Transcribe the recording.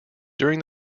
during